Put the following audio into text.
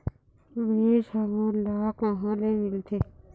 बीज हमन ला कहां ले मिलथे?